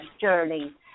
journey